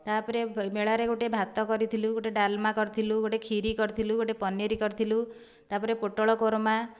ତା'ପରେ ମେଳାରେ ଗୋଟେ ଭାତ କରିଥିଲୁ ଗୋଟେ ଡାଲମା କରିଥିଲୁ ଗୋଟେ ଖିରି କରିଥିଲୁ ଗୋଟେ ପନୀର କରିଥିଲୁ ତା'ପରେ ପୋଟଳ କୋରମା